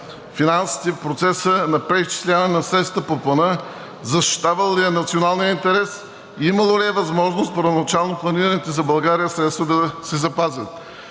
финансите в процеса на преизчисляването на средствата по Плана, защитавал ли е националния интерес и имало ли е възможност първоначално планираните за България средства да се запазят?